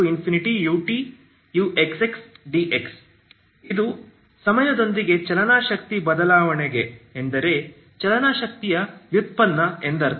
uxxdx ಇದು ಸಮಯದೊಂದಿಗೆ ಚಲನ ಶಕ್ತಿಯ ಬದಲಾವಣೆ ಎಂದರೆ ಚಲನ ಶಕ್ತಿಯ ವ್ಯುತ್ಪನ್ನ ಎಂದರ್ಥ